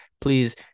please